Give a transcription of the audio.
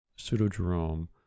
Pseudo-Jerome